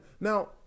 Now